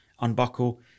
unbuckle